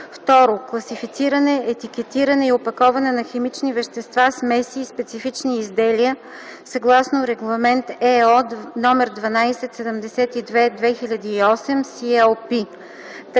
2. класифициране, етикетиране и опаковане на химични вещества, смеси и специфични изделия съгласно Регламент (ЕО) № 1272/2008 (СLP);